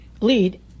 lead